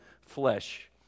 flesh